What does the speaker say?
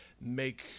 make